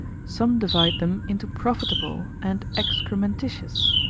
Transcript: some divide them into profitable and excrementitious.